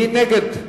מי נגד?